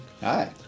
Hi